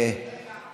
חבר הכנסת אלון שוסטר,